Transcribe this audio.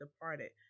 departed